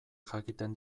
jakiten